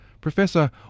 Professor